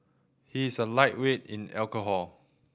he is a lightweight in alcohol